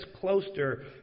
Closter